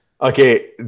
Okay